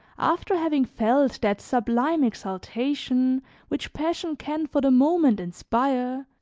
after having felt that sublime exaltation which passion can for the moment inspire,